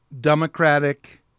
democratic